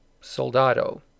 Soldado